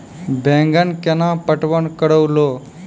बैंगन केना पटवन करऽ लो?